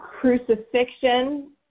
crucifixion